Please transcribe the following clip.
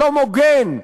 שלום הוגן,